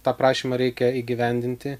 tą prašymą reikia įgyvendinti